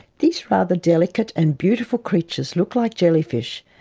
these rather delicate and beautiful creatures look like jellyfish,